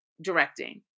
directing